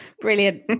Brilliant